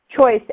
choice